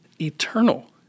eternal